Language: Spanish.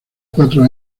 cuatro